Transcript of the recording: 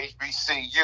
HBCU